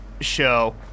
show